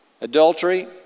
Adultery